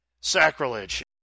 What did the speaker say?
sacrilege